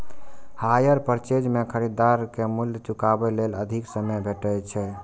hire purchase मे खरीदार कें मूल्य चुकाबै लेल अधिक समय भेटै छै